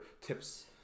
tips